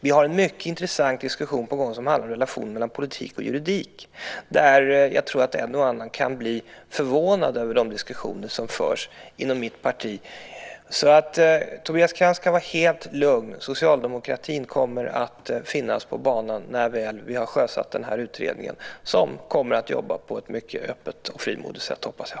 Vi har en mycket intressant diskussion på gång som handlar om relationen mellan politik och juridik där jag tror att en och annan kan bli förvånad över de diskussioner som förs inom mitt parti. Tobias Krantz kan vara helt lugn. Socialdemokratin kommer att finnas på banan när vi väl har sjösatt den här utredningen, som kommer att jobba på ett mycket öppet och frimodigt sätt, hoppas jag.